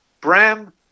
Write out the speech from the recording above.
bram